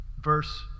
Verse